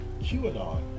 QAnon